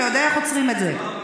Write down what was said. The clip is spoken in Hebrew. אתה יודע איך עוצרים את זה.